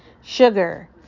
sugar